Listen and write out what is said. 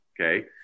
okay